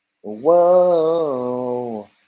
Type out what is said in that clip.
whoa